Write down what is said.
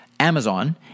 Amazon